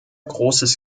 großes